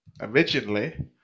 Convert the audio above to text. originally